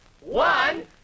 one